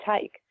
take